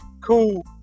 cool